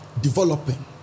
Developing